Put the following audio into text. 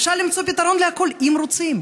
אפשר למצוא פתרון לכול אם רוצים.